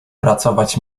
pracować